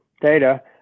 data